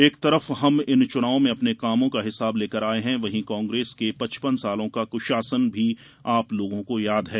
एक तरफ हम इन चुनावों में अपने कामों का हिसाब लेकर आये हैं वहीं कांग्रेस के पचपन सार्लो का कुशासन भी आप लोगों को याद है